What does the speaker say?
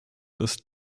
dass